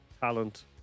talent